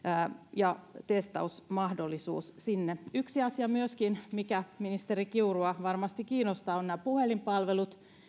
ja testausmahdollisuus sinne yksi asia myöskin mikä ministeriä kiurua varmasti kiinnostaa ovat nämä puhelinpalvelut